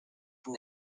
from